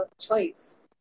choice